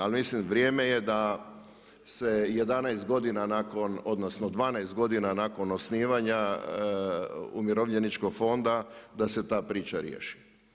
Ali mislim vrijeme je da se 11 godina nakon, odnosno 12 godina nakon osnivanja umirovljeničkog fonda da se ta priča riješi.